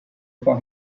for